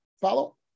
follow